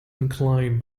inclined